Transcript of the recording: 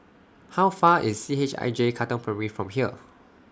How Far IS C H I J Katong Primary from here